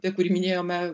apie kurį minėjome